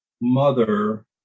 mother